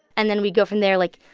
and then we go from there. like,